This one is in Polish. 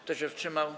Kto się wstrzymał?